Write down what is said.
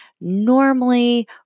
normally